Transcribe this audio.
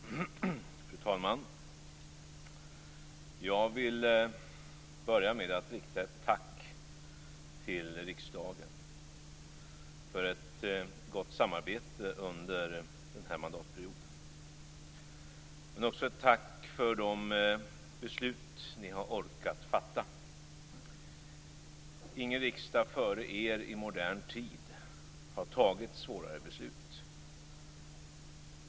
Fru talman! Jag vill börja med att rikta ett tack till riksdagen för ett gott samarbete under mandatperioden. Men också ett tack för de beslut ni har orkat fatta. Ingen riksdag före er i modern tid har fattat svårare beslut.